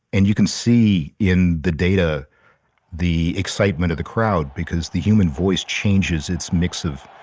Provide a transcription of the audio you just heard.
and you can see in the data the excitement of the crowd, because the human voice changes its mix of.